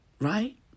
right